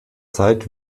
zeit